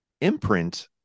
imprint